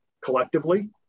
collectively